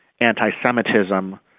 anti-Semitism